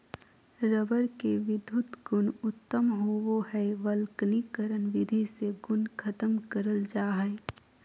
rubber के विधुत गुण उत्तम होवो हय वल्कनीकरण विधि से गुण खत्म करल जा हय